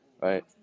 right